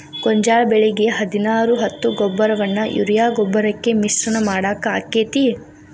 ಗೋಂಜಾಳ ಬೆಳಿಗೆ ಹದಿನಾರು ಹತ್ತು ಗೊಬ್ಬರವನ್ನು ಯೂರಿಯಾ ಗೊಬ್ಬರಕ್ಕೆ ಮಿಶ್ರಣ ಮಾಡಾಕ ಆಕ್ಕೆತಿ?